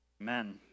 Amen